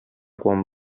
quan